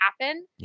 happen